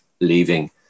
leaving